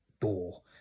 door